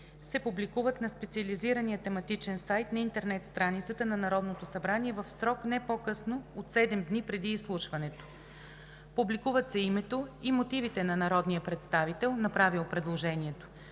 се публикуват на специализирания тематичен сайт на интернет страницата на Народното събрание в срок не по-късно от 7 дни преди изслушването. Публикуват се името и мотивите на народния представител, направил предложението.